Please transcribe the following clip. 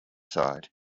side